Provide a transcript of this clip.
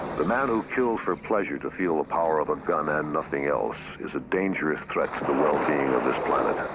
the man who kills for pleasure, to feel the power of a gun and nothing else, is a dangerous threat to the well-being of this planet. a